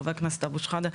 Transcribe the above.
חבר הכנסת אבו שחאדה,